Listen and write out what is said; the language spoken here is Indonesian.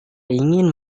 ingin